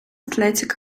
athletic